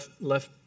Left